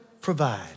provide